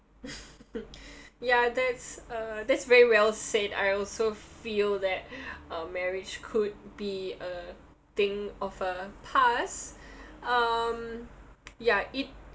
ya that's uh that's very well said I also feel that uh marriage could be a thing of a past um ya it